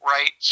Right